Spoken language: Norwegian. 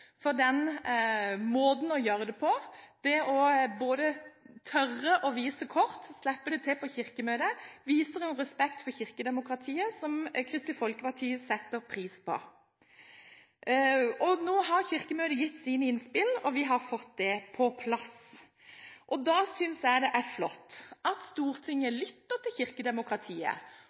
for den måten å gjøre det på. Både det å tørre å vise kort og slippe det til på Kirkemøtet viser en respekt for kirkedemokratiet som Kristelig Folkeparti setter pris på. Nå har Kirkemøtet gitt sine innspill, og vi har fått det på plass. Da synes jeg det er flott at Stortinget lytter til kirkedemokratiet